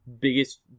biggest